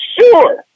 Sure